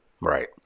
Right